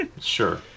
Sure